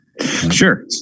Sure